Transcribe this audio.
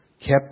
kept